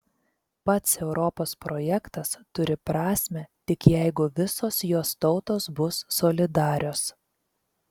pats europos projektas turi prasmę tik jeigu visos jos tautos bus solidarios